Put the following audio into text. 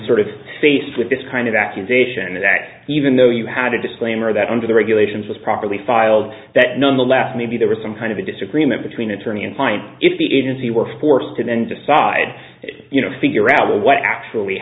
sort of faced with this kind of accusation is that even though you had a disclaimer that under the regulations was properly filed that nonetheless maybe there was some kind of a disagreement between attorney and client if he didn't see were forced to then decide you know figure out what actually